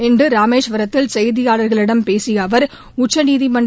இன்று ராமேஸ்வரத்தில் கெய்தியாளர்களிடம் பேசிய அவர் உச்சநீதிமன்ற